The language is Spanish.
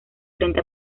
frente